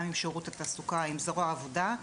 גם עם שירות התעסוקה ועם זרוע העבודה.